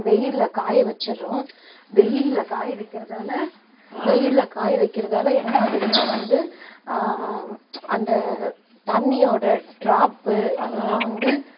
வெயிலில் காய வச்சுருறோம் வெயிலில் காய வைக்கிறதால் வெயிலில் காய வைக்கிறதால் என்ன ஆகுதுன்னால் வந்து அந்த தண்ணியோட ட்ராப்பு அதெல்லாம் வந்து